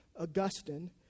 Augustine